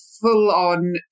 full-on